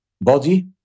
body